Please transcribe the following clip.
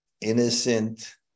innocent